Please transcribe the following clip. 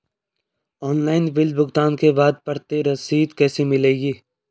Online bill भुगतान के बाद प्रति रसीद कैसे मिलेगी?